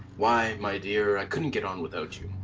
why, my dear, i couldn't get on without you.